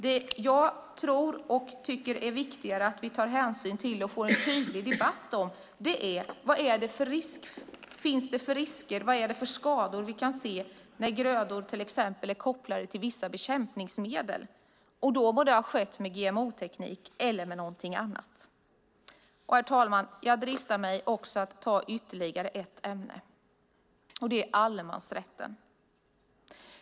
Det är viktigare att vi tar hänsyn till och får en tydlig debatt om vad det finns för risker och vilka skador vi kan se när grödor till exempel är kopplade till vissa bekämpningsmedel, oavsett om det har skett med GMO-teknik eller något annat. Herr talman! Jag dristar mig att ta upp ytterligare ett ämne, nämligen allemansrätten.